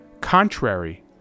contrary